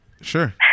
Sure